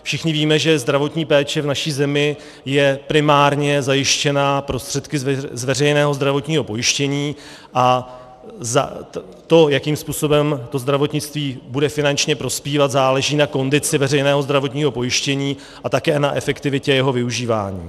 Všichni víme, že zdravotní péče v naší zemí je primárně zajištěna prostředky z veřejného zdravotního pojištění a to, jakým způsobem to zdravotnictví bude finančně prospívat, záleží na kondici veřejného zdravotního pojištění a také na efektivitě jeho využívání.